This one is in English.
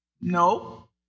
No